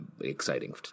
exciting